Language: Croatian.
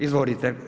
Izvolite.